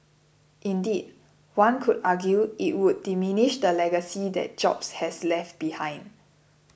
indeed one could argue it would diminish the legacy that Jobs has left behind